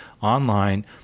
online